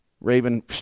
Raven